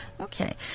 Okay